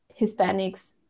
Hispanics